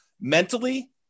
mentally